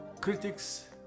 Critics